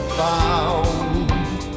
found